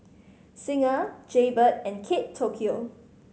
Singha Jaybird and Kate Tokyo